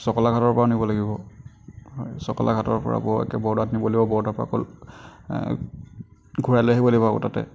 চকলাঘাটৰপৰা নিব লাগিব চকলাঘাটৰপৰা একেবাৰে বৰোদাত নিব লাগিব আকৌ বৰোদাৰপৰা ঘূৰাই লৈ আহিব লাগিব তাতে